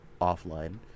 offline